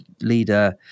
leader